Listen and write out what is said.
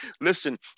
Listen